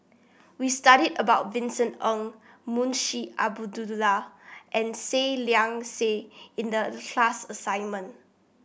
we studied about Vincent Ng Munshi and Seah Liang Seah in the class assignment